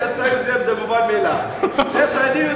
הזכויות שמורות לחבר הכנסת טלב אלסאנע.